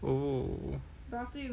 oh